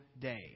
day